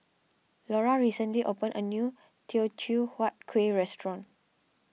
Lora recently opened a new Teochew HuatKueh restaurant